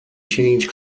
change